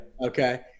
Okay